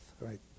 right